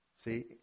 See